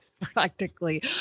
Practically